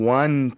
one